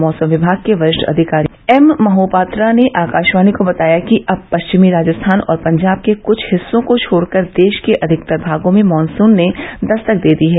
मौसम विभाग के वरिष्ठ अधिकारी एममहोपात्रा ने आकाशवाणी को बताया कि अब पश्चिमी राजस्थान और पंजाब के क्छ हिस्सों को छोड़कर देश के अधिकतर भागों में मानसून ने दस्तक दे दी है